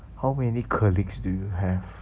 how many colleagues do you have